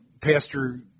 Pastor